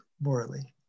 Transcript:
morally